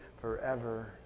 forever